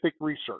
research